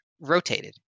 rotated